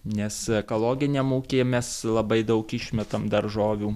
nes ekologiniam ūkyje mes labai daug išmetam daržovių